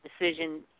decision